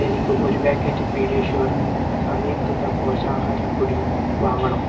എനിക്ക് ഒരു packet PediaSure സമീകൃത പോഷകാഹാര പൊടി വാങ്ങണം